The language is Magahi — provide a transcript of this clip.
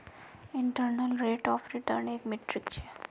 इंटरनल रेट ऑफ रिटर्न एक मीट्रिक छ